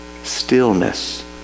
stillness